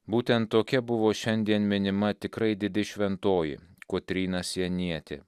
būtent tokia buvo šiandien minima tikrai didi šventoji kotryna sienietė